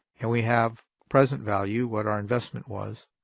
and we have present value, what our investment was,